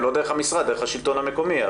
לא דרך המשרד, דרך השלטון המקומי.